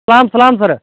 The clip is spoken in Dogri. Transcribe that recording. सनृलाम सलाम सर